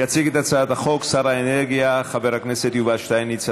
יציג את הצעת החוק שר האנרגיה חבר הכנסת יובל שטייניץ,